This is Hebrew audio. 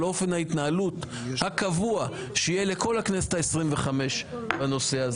אופן ההתנהלות הקבוע שיהיה לכל הכנסת ה-25 בנושא הזה.